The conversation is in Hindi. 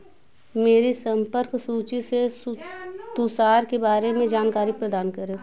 मेरी संपर्क सूची से सु तुषार के बारे में जानकारी प्रदान करें